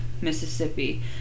Mississippi